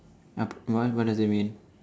uh what what does it mean